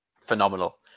Phenomenal